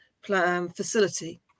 facility